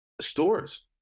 stores